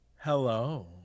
Hello